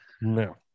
no